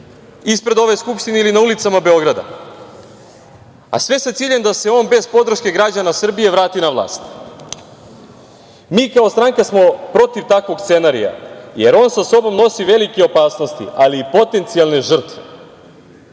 ispred ove Skupštine ili na ulicama Beograda, a sve sa ciljem da se on bez podrške građana Srbije vrati na vlast. Mi kao stranka smo protiv takvog scenarija, jer on sa sobom nosi velike opasnosti, ali i potencijalne žrtve.